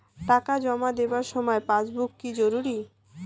টাকা জমা দেবার সময় পাসবুক কি জরুরি?